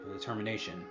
determination